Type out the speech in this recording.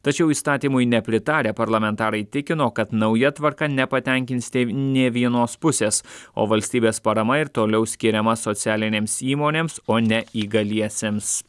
tačiau įstatymui nepritarę parlamentarai tikino kad nauja tvarka nepatenkins nė vienos pusės o valstybės parama ir toliau skiriama socialinėms įmonėms o ne įgaliesiems